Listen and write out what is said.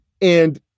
And-